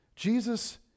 Jesus